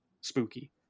spooky